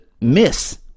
miss